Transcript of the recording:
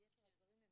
מתוך